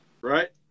right